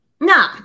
No